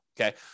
okay